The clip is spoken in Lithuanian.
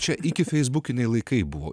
čia iki feisbukiniai laikai buvo